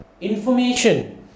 information